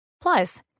Plus